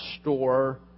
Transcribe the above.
store